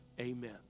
amen